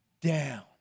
down